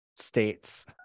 states